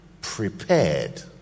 prepared